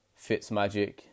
Fitzmagic